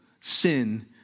sin